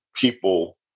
people